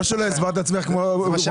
לא שלא הסברת את עצמך היטב,